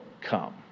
come